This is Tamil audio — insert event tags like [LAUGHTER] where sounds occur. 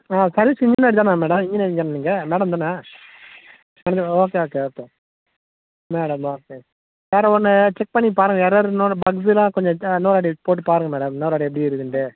ஆ சர்வீஸ் இன்ஜினியர் தானே மேடம் இன்ஜினியரிங் தானே நீங்க மேடம் தானே [UNINTELLIGIBLE] ஓகே ஓகே ஓகே மேடமா சரி வேற ஒன்று செக் பண்ணி பாருங்கள் எரர் இன்னொன்னு பக்ஸுல்லாம் கொஞ்சம் ச இன்னொரு வாட்டி போட்டுப் பாருங்கள் மேடம் இன்னொரு வாட்டி எப்படி இருக்குதுன்ட்டு